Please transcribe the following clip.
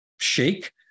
shake